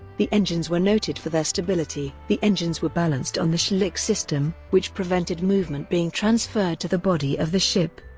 the engines were noted for their stability. the engines were balanced on the schlick system, which prevented movement being transferred to the body of the ship,